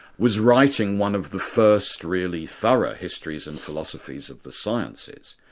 was writing one of the first really thorough histories and philosophies of the sciences,